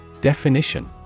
Definition